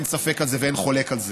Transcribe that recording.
אין ספק בזה ואין חולק על זה.